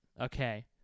Okay